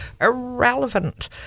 irrelevant